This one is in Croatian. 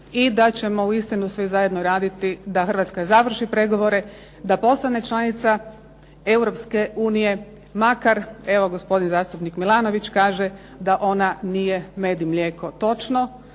i da ćemo uistinu svi zajedno raditi da Hrvatska završi pregovore, da postane članica Europske unije makar evo gospodin zastupnik Milanović kaže da ona nije med i mlijeko.